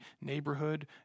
neighborhood